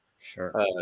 sure